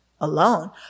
alone